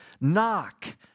Knock